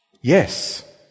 Yes